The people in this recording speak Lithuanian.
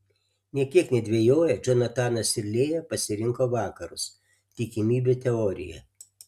nė kiek nedvejoję džonatanas ir lėja pasirinko vakarus tikimybių teoriją